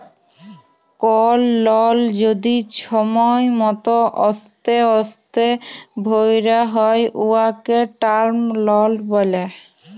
call লল যদি ছময় মত অস্তে অস্তে ভ্যরা হ্যয় উয়াকে টার্ম লল ব্যলে